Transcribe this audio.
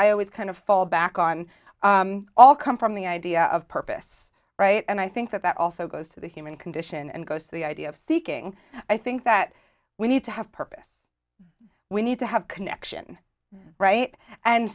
i always kind of fall back on all come from the idea of purpose right and i think that that also goes to the human condition and goes to the idea of thinking i think that we need to have purpose we need to have connection right and